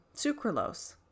sucralose